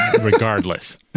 Regardless